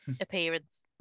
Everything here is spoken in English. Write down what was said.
Appearance